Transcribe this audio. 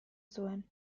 zuen